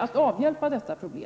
att få bort problemen.